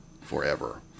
forever